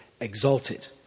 exalted